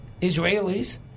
Israelis